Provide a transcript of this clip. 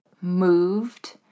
moved